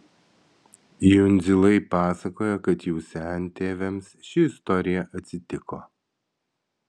jundzilai pasakoja kad jų sentėviams ši istorija atsitiko